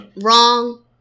Wrong